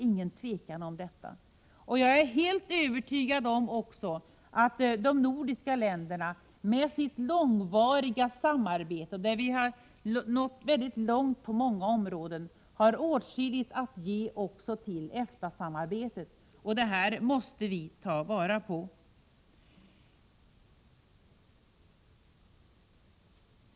Jag är också helt övertygad om att de nordiska länderna med sitt långvariga samarbete, som har nått mycket långt på många områden, har åtskilligt att ge till EFTA-samarbetet. Detta måste tas till vara. Prot.